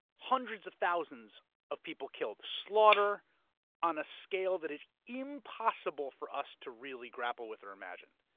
hundreds of thousands of people killed. slaughter on a scale that is impossible for us to really grapple with or imagine.